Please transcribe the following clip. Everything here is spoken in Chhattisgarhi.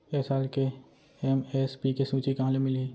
ए साल के एम.एस.पी के सूची कहाँ ले मिलही?